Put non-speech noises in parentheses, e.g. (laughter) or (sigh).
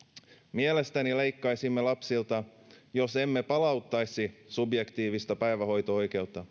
mielestäni leikkaisimme lapsilta jos emme palauttaisi subjektiivista päivähoito oikeutta (unintelligible)